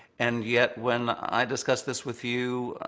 and yet when i discussed this with you,